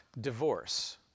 divorce